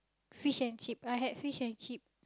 fish and chip I had fish and chip